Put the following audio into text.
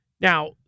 Now